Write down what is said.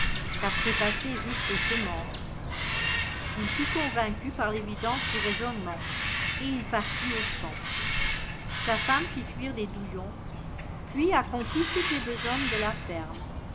qu'a trépassé juste aux semences ii fut convaincu par l'évidence du raisonnement et il partit aux champs sa femme fit cuire les douillons puis accomplit toutes les besognes de la ferme